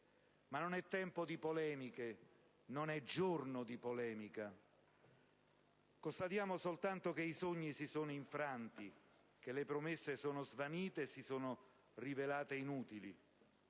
Ma non è tempo di polemiche, non è giorno di polemica. Constatiamo soltanto che i sogni si sono infranti, che le promesse sono svanite e si sono rivelate inutili.